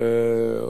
השתדלות,